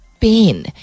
pain